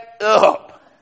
up